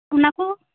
ᱚᱱᱟᱠᱚ